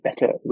better